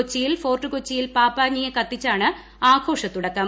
കൊച്ചിയിൽ ഫോർട്ടുകൊച്ചിയിൽ പാപ്പാത്തിയെ കത്തിച്ചാണ് ആഘോഷത്തുടക്കം